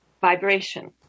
vibration